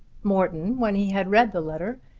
morton, when he had read the letter,